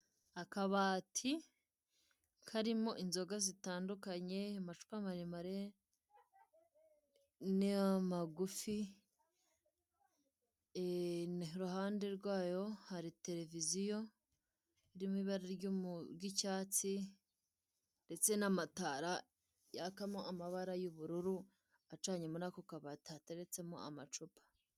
Akabati karimo inzoga zitandukanye, amacupa maremare n'amagufi, iruhande rwayo hari televiziyo irimo ibara ry'icyatsi, ndetse n'amatara yakamo amabara y'ubururu, acanye muri ako kabati, hateretsemo amacupa.